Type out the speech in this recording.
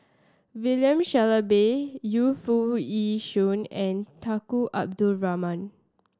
William Shellabear Yu Foo Yee Shoon and Tunku Abdul Rahman